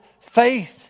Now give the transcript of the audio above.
faith